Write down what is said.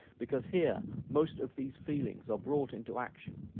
because here most of these feelings are brought into action,